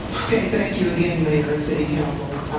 okay. thank you again, mayor and city council.